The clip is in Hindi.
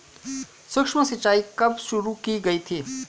सूक्ष्म सिंचाई कब शुरू की गई थी?